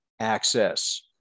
access